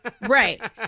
right